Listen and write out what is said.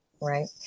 Right